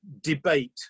debate